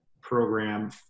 program